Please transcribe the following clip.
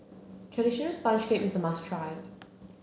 traditional sponge cake is a must try